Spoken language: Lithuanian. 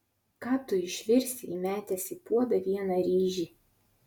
ką tu išvirsi įmetęs į puodą vieną ryžį